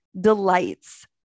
delights